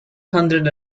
hundred